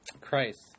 Christ